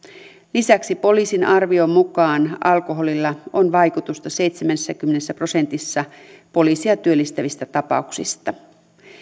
lisäksi poliisin arvion mukaan alkoholilla on vaikutusta seitsemässäkymmenessä prosentissa poliisia työllistävistä tapauksista